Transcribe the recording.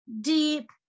deep